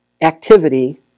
Activity